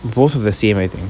both have the same I think